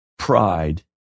pride